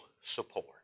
support